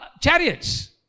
Chariots